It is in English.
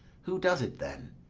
who does it, then?